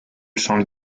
champ